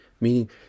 meaning